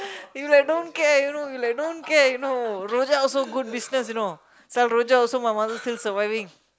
you like don't care you know you like don't care you know rojak also good business you know sell rojak also my mother still surviving